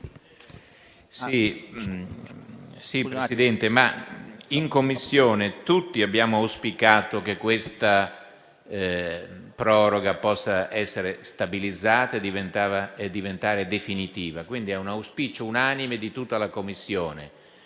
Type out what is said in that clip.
Presidente, in Commissione tutti abbiamo auspicato che questa norma possa essere stabilizzata e diventare definitiva. Quindi è un auspicio unanime di tutta la Commissione.